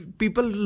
people